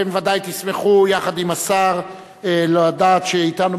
אתם ודאי תשמחו יחד עם השר לדעת שאתנו